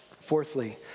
Fourthly